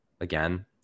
Again